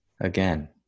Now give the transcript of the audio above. again